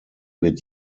wird